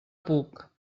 puc